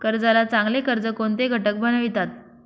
कर्जाला चांगले कर्ज कोणते घटक बनवितात?